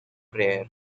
prayer